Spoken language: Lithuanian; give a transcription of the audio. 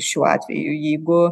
šiuo atveju jeigu